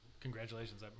congratulations